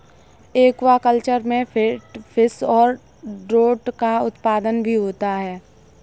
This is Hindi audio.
एक्वाकल्चर में केटफिश और ट्रोट का उत्पादन भी होता है